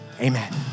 Amen